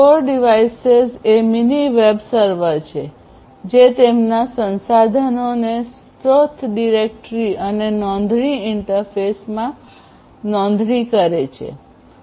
core devices એ mini web servers છે જે તેમના સંસાધનોને સ્રોત ડિરેક્ટરી અને નોંધણી ઇન્ટરફેસમાં નોંધણી કરે છે